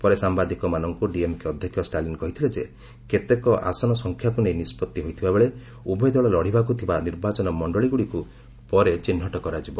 ପରେ ସାମ୍ବାଦିକମାନଙ୍କୁ ଡିଏମ୍କେ ଅଧ୍ୟକ୍ଷ ଷ୍ଟାଲିନ୍ କହିଥିଲେ ଯେ କେତେକ ଆସନ ସଂଖ୍ୟାକୁ ନେଇ ନିଷ୍ପଭି ହୋଇଥିବା ବେଳେ ଉଭୟ ଦଳ ଲଢ଼ିବାକୁ ଥିବା ନିର୍ବାଚନ ମଣ୍ଡଳୀଗୁଡ଼ିକୁ ପରେ ଚିହ୍ନଟ କରାଯିବ